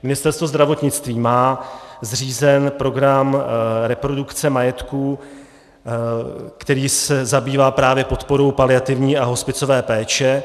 Ministerstvo zdravotnictví má zřízen program reprodukce majetku, který se zabývá právě podporou paliativní a hospicové péče.